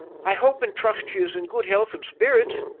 i hope and trust she is in good health and spirits?